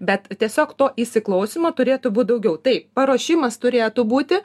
bet tiesiog to įsiklausymo turėtų būt daugiau taip paruošimas turėtų būti